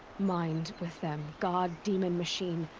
mind. with them. god, demon, machine.